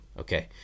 okay